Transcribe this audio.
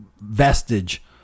vestige